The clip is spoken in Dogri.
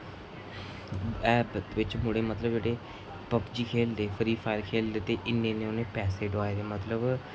एह् बिच बिच मुडे़ जेह्डे़ पब्जी खेढदे फ्री फायर खेढदे ते इन्ने इन्ने उ'नें पैसे डुआए मतलब